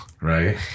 right